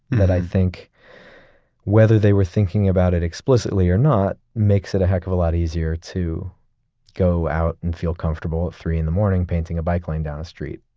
that i think whether they were thinking about it explicitly or not makes it a heck of a lot easier to go out and feel comfortable at three in the morning painting a bike lane down a street,